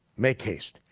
make haste,